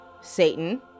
Satan